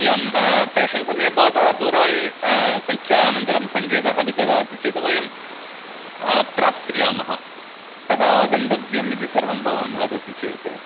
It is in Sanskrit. एवं प्रेषणसमये भवतः दूरवाणी संख्या अनन्तरं सङ्केतः अपि ददाति चेत् वयं प्राप्स्यामः कदा आगन्तव्यम् इति सर्वं भवान् वदति चेत्